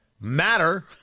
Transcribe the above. matter